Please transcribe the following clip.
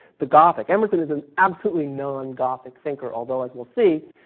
the gothic. emerson is an absolutely non-gothic thinker. although as we'll see,